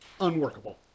unworkable